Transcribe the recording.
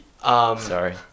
Sorry